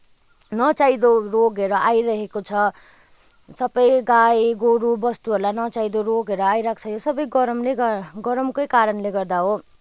नचाहिँदो रोगहरू आइरहेको छ सबै गाई गोरु बस्तुहरूलाई नचाहिँदो रोगहरू आइरहेको छ यो सबै गरमले गरमकै कारणले गर्दा हो